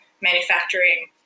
manufacturing